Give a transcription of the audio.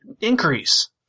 increase